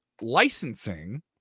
licensing